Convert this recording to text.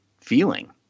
feeling